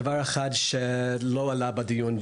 דבר אחד לא עלה בדיון,